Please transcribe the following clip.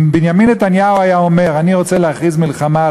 אם בנימין נתניהו היה אומר: אני